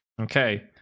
Okay